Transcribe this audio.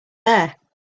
there